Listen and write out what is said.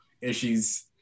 issues